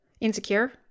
insecure